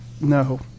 no